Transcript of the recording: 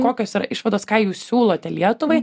kokios yra išvados ką jūs siūlote lietuvai